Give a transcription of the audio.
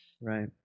Right